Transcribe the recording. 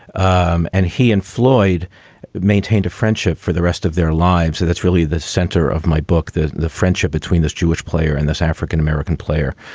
um and he and floyd maintained a friendship for the rest of their lives. that's really the center of my book, the the friendship between this jewish player and this african-american player.